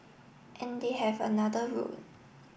and they have another road